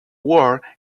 war